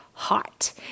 hot